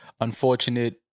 unfortunate